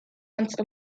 once